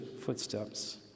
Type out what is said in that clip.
footsteps